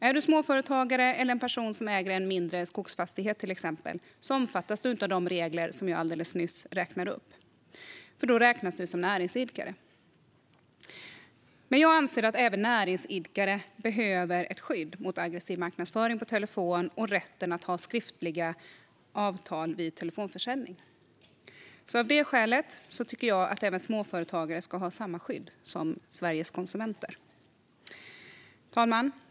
Är du småföretagare eller en person som äger en mindre skogsfastighet, till exempel, omfattas du inte av de regler som jag alldeles nyss räknade upp, för då räknas du som näringsidkare. Jag anser att även näringsidkare behöver ett skydd mot aggressiv marknadsföring via telefon och rätt till skriftliga avtal vid telefonförsäljning. Av det skälet tycker jag att småföretagare ska ha samma skydd som Sveriges konsumenter. Fru talman!